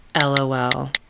LOL